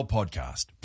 Podcast